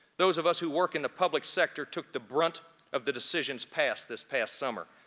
those of us who work in the public sector took the brunt of the decisions passed this past summer.